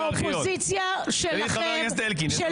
האופוזיציה שלכם,